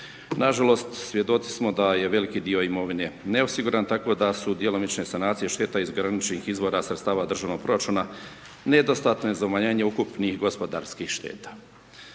Nažalost, svjedoci smo da je veliki dio imovine neosiguran, tako da su djelomične sanacije šteta iz graničnih izvora sa stava državnog proračuna nedostatne za umanjenje ukupnih gospodarskih šteta.